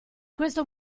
questo